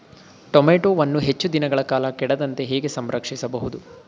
ಟೋಮ್ಯಾಟೋವನ್ನು ಹೆಚ್ಚು ದಿನಗಳ ಕಾಲ ಕೆಡದಂತೆ ಹೇಗೆ ಸಂರಕ್ಷಿಸಬಹುದು?